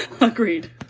agreed